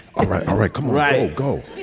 all right, all right. come right, go.